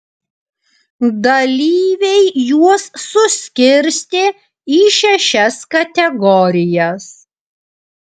dalyviai juos suskirstė į šešias kategorijas